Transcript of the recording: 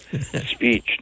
speech